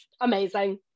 Amazing